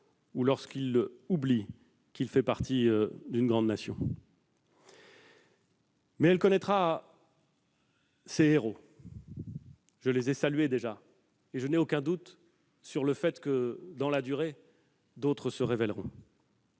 ou lorsqu'il oublie qu'il fait partie d'une grande Nation. Mais elle connaîtra ses héros. Je les ai salués déjà, et je n'ai aucun doute que, dans la durée, d'autres se révéleront.